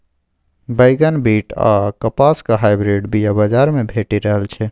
बैगन, बीट आ कपासक हाइब्रिड बीया बजार मे भेटि रहल छै